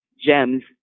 gems